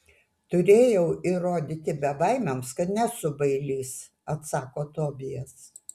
turėjau įrodyti bebaimiams kad nesu bailys atsako tobijas